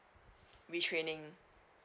retraining